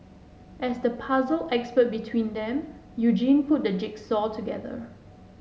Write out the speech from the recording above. as the puzzle expert between them Eugene put the jigsaw together